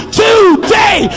today